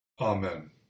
Amen